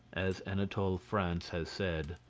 as anatole france has said,